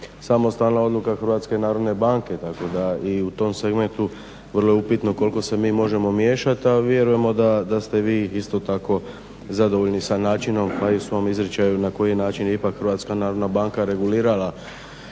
samostalna odluka HNB-a tako da i u tom segmentu vrlo je upitno koliko se mi možemo miješati, a vjerujemo da ste vi isto tako zadovoljni sa načinom pa i u svom izričaju na koji način je ipak HNB regulirala